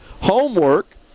homework